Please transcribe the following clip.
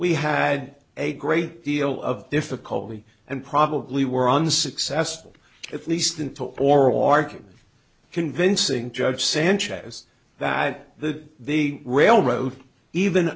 we had a great deal of difficulty and probably were unsuccessful at least until oral argument convincing judge sanchez that the the railroad even